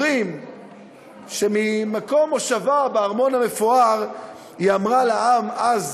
אומרים שממקום מושבה בארמון המפואר היא אמרה לעם אז,